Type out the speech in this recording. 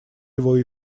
его